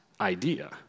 idea